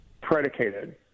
predicated